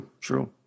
true